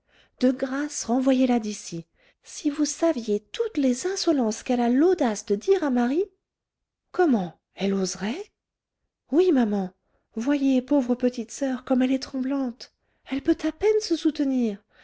de grâce renvoyez la d'ici si vous saviez toutes les insolences qu'elle a l'audace de dire à marie comment elle oserait oui maman voyez pauvre petite soeur comme elle est tremblante elle peut à peine se soutenir